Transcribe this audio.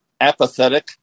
apathetic